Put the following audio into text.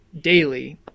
daily